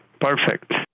Perfect